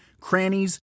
crannies